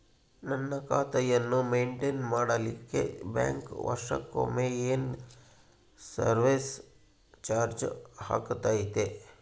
ನನ್ನ ಖಾತೆಯನ್ನು ಮೆಂಟೇನ್ ಮಾಡಿಲಿಕ್ಕೆ ಬ್ಯಾಂಕ್ ವರ್ಷಕೊಮ್ಮೆ ಏನು ಸರ್ವೇಸ್ ಚಾರ್ಜು ಹಾಕತೈತಿ?